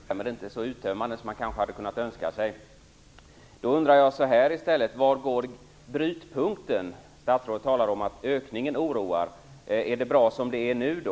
Fru talman! Det var en kort fråga. Svaret blev också ganska kort och därmed inte så uttömmande som man kanske hade kunnat önska sig. Då undrar jag så här i stället: Var går brytpunkten? Statsrådet talar om att ökningen oroar. Är det bra som det är nu då?